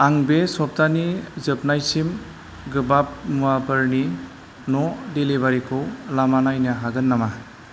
आं बे सबथानि जोबनायसिम गोबाब मुवाफोरनि न' डेलिबारिखौ लामा नायनो हागोन नामा